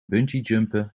bungeejumpen